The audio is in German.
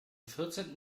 vierzehnten